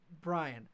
Brian